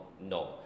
no